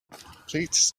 please